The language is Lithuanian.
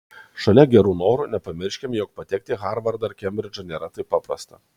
šalia gerų norų nepamirškime jog patekti į harvardą ar kembridžą nėra taip paprasta